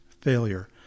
failure